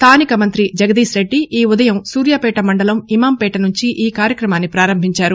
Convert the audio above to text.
స్థానిక మంతి జగదీశ్రెడ్డి ఈ ఉదయం సూర్యాపేట మండలం ఇమామ్పేట నుంచి ఈ కార్యక్రమాన్ని ప్రారంభించారు